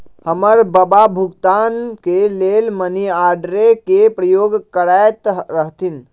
हमर बबा भुगतान के लेल मनीआर्डरे के प्रयोग करैत रहथिन